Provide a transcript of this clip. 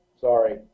sorry